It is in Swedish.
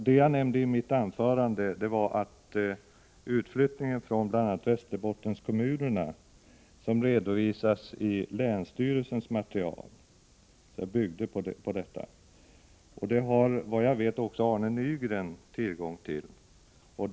Det jag nämnde i mitt anförande gällde utflyttningen från bl.a. Västerbottenskommunerna, och siffrorna byggde på material från länsstyrelsen. Vad jag vet har också Arne Nygren tillgång till det materialet.